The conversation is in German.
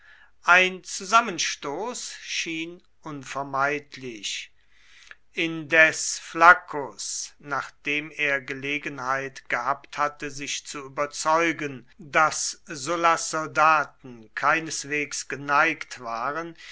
ein zusammenstoß schien unvermeidlich indes flaccus nachdem er gelegenheit gehabt hatte sich zu überzeugen daß sullas soldaten keineswegs geneigt war